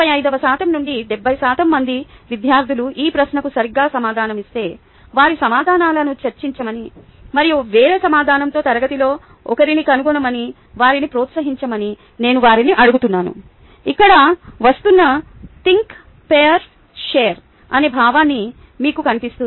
35 శాతం నుండి 70 శాతం మంది విద్యార్థులు ఈ ప్రశ్నకు సరిగ్గా సమాధానం ఇస్తే వారి సమాధానాలను చర్చించమని మరియు వేరే సమాధానంతో తరగతిలో ఒకరిని కనుగొనమని వారిని ప్రోత్సహించమని నేను వారిని అడుగుతున్నాను ఇక్కడ వస్తున్న థింక్ - పైర్ - షేర్ అనే భావన మీకు కనిపిస్తుంది